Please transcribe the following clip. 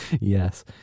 Yes